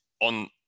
on